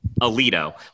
Alito